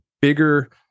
bigger